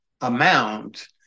amount